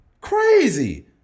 Crazy